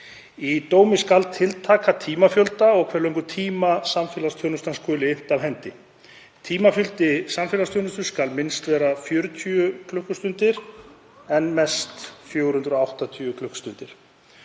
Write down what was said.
Í dómi skal tiltaka tímafjölda og á hve löngum tíma samfélagsþjónustan skuli innt af hendi. Tímafjöldi samfélagsþjónustu skal minnst vera 40 klukkustundir og mest 480 klukkustundir.